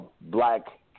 black